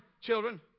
children